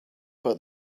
but